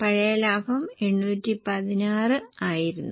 പഴയ ലാഭം 816 ആയിരുന്നു